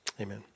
Amen